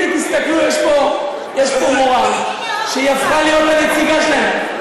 הנה, תסתכלו, יש פה מורה שהפכה להיות הנציגה שלהם.